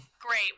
Great